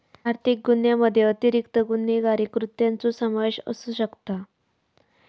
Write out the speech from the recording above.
आर्थिक गुन्ह्यामध्ये अतिरिक्त गुन्हेगारी कृत्यांचो समावेश असू शकता